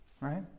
right